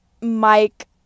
Mike